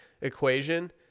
equation